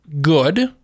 good